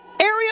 area